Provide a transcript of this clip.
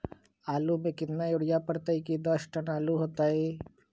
आलु म केतना यूरिया परतई की दस टन आलु होतई?